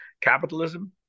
capitalism